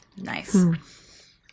Nice